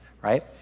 right